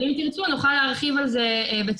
--- ואם תרצו, נוכל להרחיב על זה בהמשך.